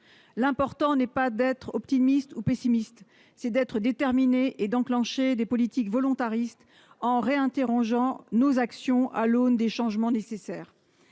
L'important est non pas d'être optimiste ou pessimiste, mais déterminé, et d'enclencher des politiques volontaristes en révisant nos actions à l'aune des changements nécessaires.